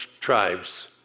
tribes